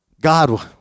God